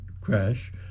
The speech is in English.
crash